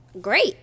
great